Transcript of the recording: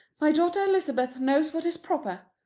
my daughter elizabeth knows what is proper.